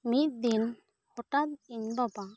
ᱢᱤᱫ ᱫᱤᱱ ᱦᱚᱴᱟᱫ ᱤᱧ ᱵᱟᱵᱟ